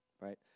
right